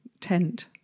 tent